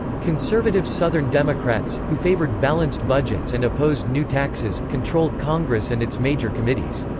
conservative southern democrats, who favored balanced budgets and opposed new taxes, controlled congress and its major committees.